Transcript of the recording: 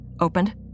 opened